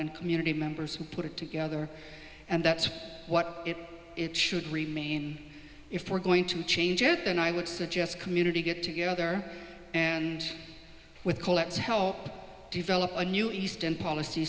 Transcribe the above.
and community members who put it together and that's what it should remain if we're going to change it then i would suggest community get together and with collect to help develop a new eastern policy